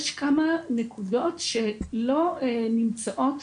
יש כמה נקודות שלא נמצאות